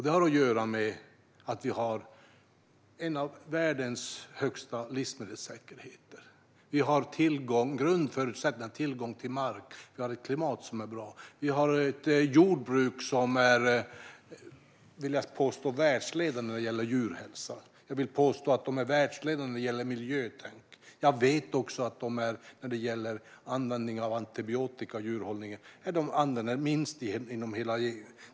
Det har att göra med att vi är ett av de länder som har den högsta livsmedelssäkerheten. Vi har grundförutsättningar som tillgång till mark och ett klimat som är bra. Vi har ett jordbruk som, vill jag påstå, är världsledande när det gäller djurhälsa. Det är också världsledande när det gäller miljötänk. Jag vet dessutom att vårt jordbruk använder minst antibiotika i djurhållningen inom hela EU.